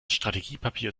strategiepapier